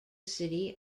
city